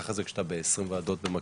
ככה זה כשיש הרבה ועדות במקביל.